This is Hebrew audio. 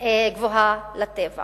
גבוהה לטבע.